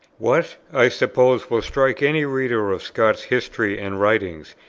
what, i suppose, will strike any reader of scott's history and writings,